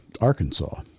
Arkansas